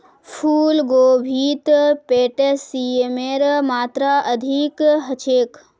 फूल गोभीत पोटेशियमेर मात्रा अधिक ह छे